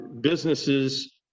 businesses